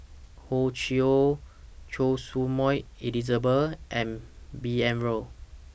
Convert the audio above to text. Hor Chim Or Choy Su Moi Elizabeth and B N Rao